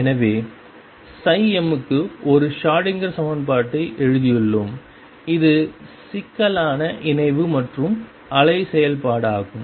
எனவே m க்கு ஒரு ஷ்ரோடிங்கர் Schrödinger சமன்பாட்டை எழுதியுள்ளோம் இது சிக்கலான இணைவு மற்றும் அலை செயல்பாடாகும்